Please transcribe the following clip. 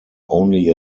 only